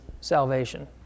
salvation